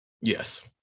Yes